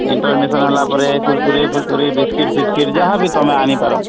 intermission ହେଲା ପରେ କୁରକୁରି ଫୁରକୁରି ବିସ୍କୁଟ୍ ଫିସକିଟ୍ ଯାହା ବି ତମେ ଆଣିପାର